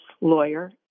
lawyer